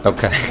Okay